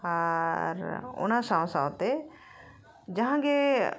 ᱟᱨ ᱚᱱᱟ ᱥᱟᱶ ᱥᱟᱶᱛᱮ ᱡᱟᱦᱟᱸᱜᱮ